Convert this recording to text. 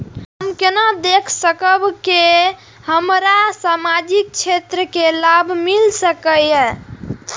हम केना देख सकब के हमरा सामाजिक क्षेत्र के लाभ मिल सकैये?